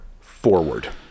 forward